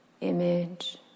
image